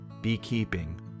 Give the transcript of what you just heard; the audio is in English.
beekeeping